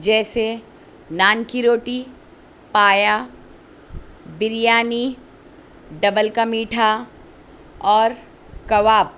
جیسے نان کی روٹی پایا بریانی ڈبل کا میٹھا اور کباب